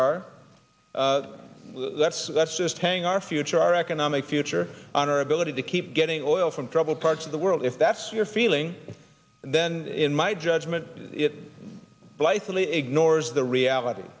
are that's that's just hanging our future our economic future on our ability to keep getting oil from trouble parts of the world if that's your feeling then in my judgment it blithely ignores the reality